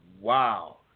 Wow